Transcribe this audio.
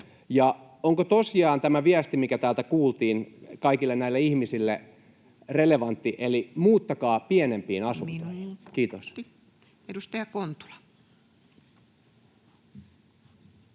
tämä viesti, mikä täältä kuultiin, kaikille näille ihmisille relevantti, eli se, että muuttakaa pienempiin asuntoihin?